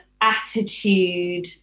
attitude